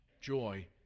joy